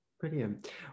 Brilliant